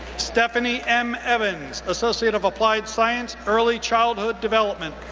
stephanie m. evans, associate of applied science, early childhood development.